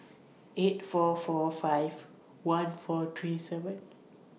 eight four four five one four three seven